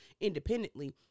independently